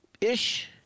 ish